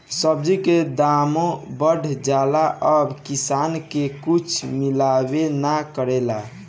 सब्जी के दामो बढ़ जाला आ किसान के कुछ मिलबो ना करेला